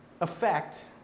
effect